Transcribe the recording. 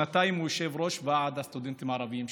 שנתיים הוא היה יושב-ראש ועד הסטודנטים הערבים שם.